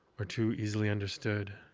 or too easily understood,